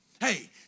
Hey